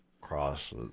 Cross